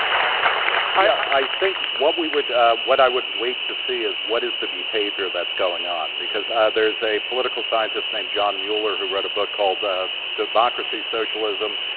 i think what we would what i would wait to see is what is the behavior that's going on? because there's a political scientist named john mueller who wrote a book called ah democracy, socialism,